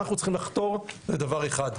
אנחנו צריכים לחתור לדבר אחד,